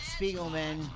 Spiegelman